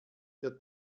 der